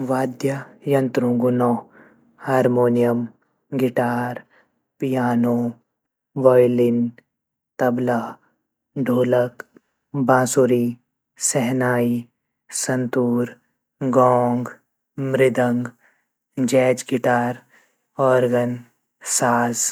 वाद्य यंत्रु नौ harmonium, guitar, piano, violin, tabla, dholak, बांसुरी, shehnai, santoor, gong, mridang, jazz guitar, organ, साज़।